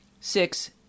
Six